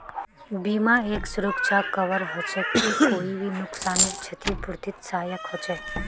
बीमा एक सुरक्षा कवर हछेक ई कोई भी नुकसानेर छतिपूर्तित सहायक हछेक